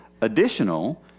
additional